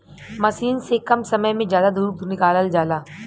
मसीन से कम समय में जादा दूध निकालल जाला